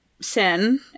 sin